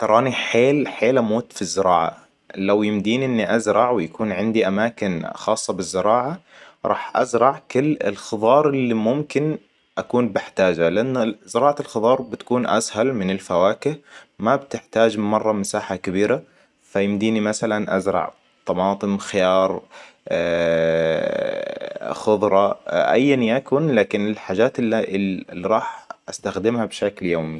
تراني حيل حالة موت في الزراعة. لو يمديني إني ازرع ويكون عندي اماكن خاصة بالزراعة. راح ازرع كل الخضار اللي ممكن اكون بحتاجها لأن زراعة الخضار بتكون اسهل من الفواكه. ما بتحتاج مرة مساحة كبيرة. فيمديني مثلاً ازرع طماطم خيار خضرة اياً يكن لكن الحاجات اللي راح استخدمها بشكل يومي